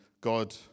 God